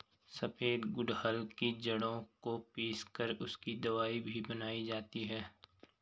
सफेद गुड़हल की जड़ों को पीस कर उसकी दवाई भी बनाई जाती है